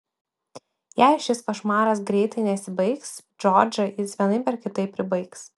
jei šis košmaras greitai nesibaigs džordžą jis vienaip ar kitaip pribaigs